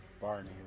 Barney